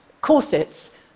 corsets